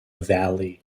valley